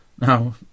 Now